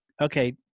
okay